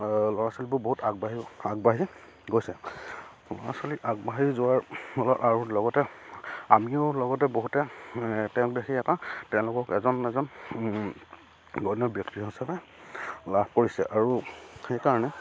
ল'ৰা ছোৱালীবোৰ বহুত আগবাঢ়ি আগবাঢ়ি গৈছে ল'ৰা ছোৱালীক আগবাঢ়ি যোৱাৰ আৰু লগতে আমিও লগতে বহুতে তেওঁক দেখি এটা তেওঁলোকক এজন এজন বৰেণ্য ব্যক্তি হিচাপে লাভ কৰিছে আৰু সেইকাৰণে